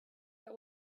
that